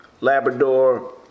labrador